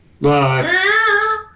Bye